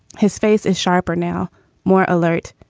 his face is sharper now more alert.